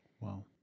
Wow